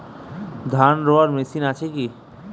ধান রোয়ার মেশিন আছে কি?